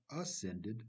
ascended